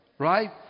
Right